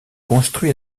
construit